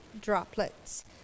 droplets